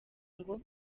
ngo